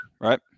right